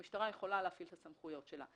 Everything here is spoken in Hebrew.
המשטרה יכולה להפעיל את הסמכויות שלה.